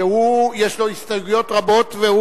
שיש לו הסתייגויות רבות,